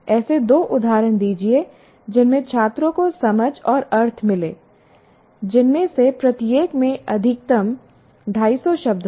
ऐसे दो उदाहरण दीजिए जिनमें छात्रों को समझ और अर्थ मिले जिनमें से प्रत्येक में अधिकतम 250 शब्द हों